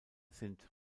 sind